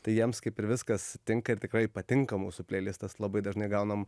tai jiems kaip ir viskas tinka ir tikrai patinka mūsų pleilistas labai dažnai gaunam